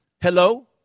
Hello